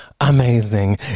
amazing